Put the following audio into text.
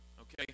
okay